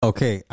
Okay